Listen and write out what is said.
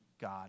God